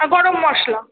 আর গরম মশলা